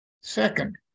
Second